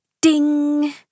Ding